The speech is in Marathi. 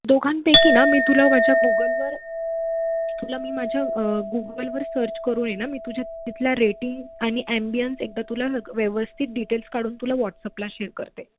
दोघांपैकी ना मी तुला माझ्या गुगलवर तुला मी माझ्या गुगलवर सर्च करू ये ना मी तुझ्या तिथल्या रेटिंग आणि ॲम्बियन्स एकदा तुला व्यवस्थित डिटेल्स काढून तुला व्हॉट्सअपला शेअर करते